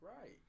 right